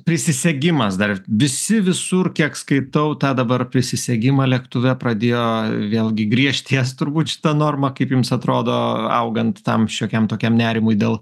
prisisegimas dar visi visur kiek skaitau tą dabar prisisegimą lėktuve pradėjo vėlgi griežtės turbūt šita norma kaip jums atrodo augant tam šiokiam tokiam nerimui dėl